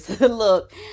look